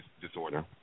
disorder